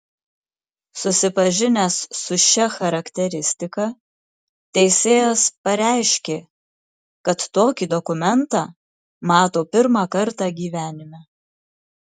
susipažinęs su šia charakteristika teisėjas pareiškė kad tokį dokumentą mato pirmą kartą gyvenime